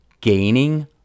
gaining